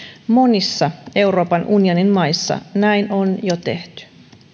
monissa euroopan unionin maissa näin on jo tehty